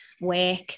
work